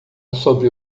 sobre